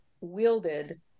wielded